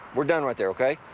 we're done right there, ok.